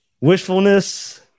wishfulness